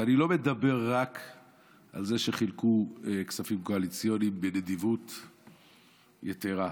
ואני לא מדבר רק על זה שחילקו כספים קואליציוניים בנדיבות יתרה,